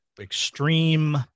extreme